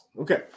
Okay